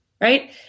right